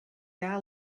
that